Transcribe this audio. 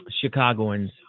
Chicagoans